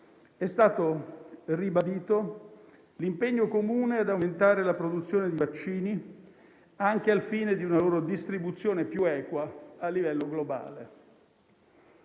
è stato ribadito l'impegno comune ad aumentare la produzione dei vaccini anche al fine di una loro distribuzione più equa a livello globale.